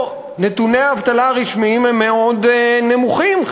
נתוני האבטלה הרשמיים הם מאוד נמוכים,